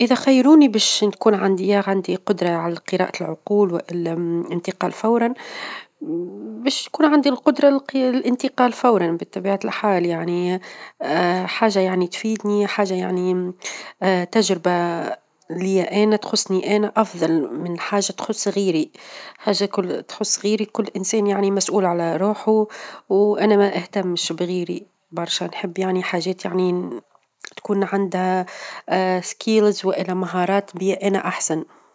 إذا خيروني باش نكون عندي يا عندي قدرة على قراءة العقول، ولا الإنتقال فورًا باش يكون عندي القدرة -لل- للإنتقال فورًا بطبيعة الحال، يعني حاجة يعني تفيدني حاجة يعني تجربة لي أنا، تخصني أنا أفظل من حاجة تخص غيري -حاجه كتخص غيري- كل إنسان يعني مسؤول على روحه، وأنا ما اهتمش بغيري برشا، نحب يعني حاجات يعني تكون عندها موهبات، والا مهارات بي أنا أحسن.